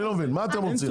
אני לא מבין, מה אתם רוצים?